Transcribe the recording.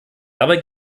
dabei